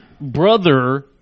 brother